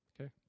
okay